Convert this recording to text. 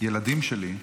הילדים שלי,